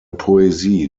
poesie